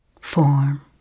form